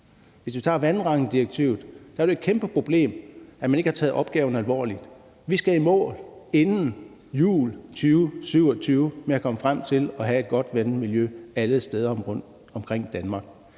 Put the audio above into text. Hvis vi tager vandrammedirektivet, er det jo et kæmpeproblem, at man ikke har taget opgaven alvorligt. Vi skal i mål inden jul 2027 med at komme frem til at have et godt vandmiljø alle steder rundtomkring i Danmark.